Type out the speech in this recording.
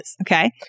Okay